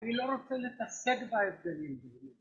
אני לא רוצה להתעסק בהבדלים